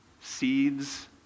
seeds